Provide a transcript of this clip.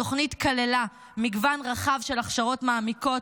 התוכנית כללה מגוון רחב של הכשרות מעמיקות,